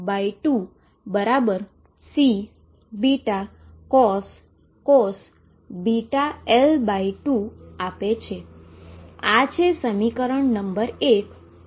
આ છે સમીકરણ 1 અને આ છે સમીકરણ 2